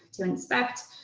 to inspect.